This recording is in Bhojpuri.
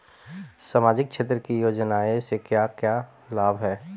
सामाजिक क्षेत्र की योजनाएं से क्या क्या लाभ है?